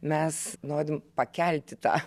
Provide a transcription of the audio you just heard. mes norim pakelti tą